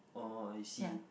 oh I see